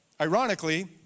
ironically